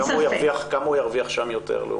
כמה הוא ירוויח שם יותר?